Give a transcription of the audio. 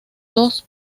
dos